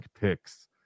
picks